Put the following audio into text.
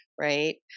right